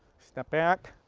step back,